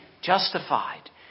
justified